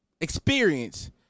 experience